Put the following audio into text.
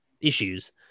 issues